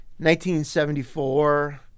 1974